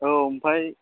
औ ओमफ्राय